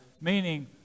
meaning